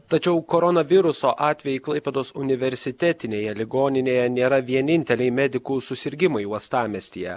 tačiau koronaviruso atvejai klaipėdos universitetinėje ligoninėje nėra vieninteliai medikų susirgimai uostamiestyje